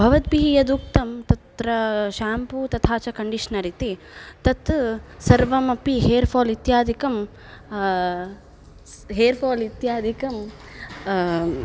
भवद्भिः यदुक्तं तत्र शेम्पू तथा च कण्डीषनर् इति तत् सर्वमपि हेर्फाल् इत्यादिकं हेर्फाल् इत्यादिकं